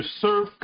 serve